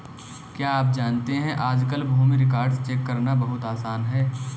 क्या आप जानते है आज कल भूमि रिकार्ड्स चेक करना बहुत आसान है?